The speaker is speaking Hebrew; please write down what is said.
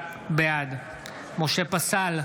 בעד משה פסל,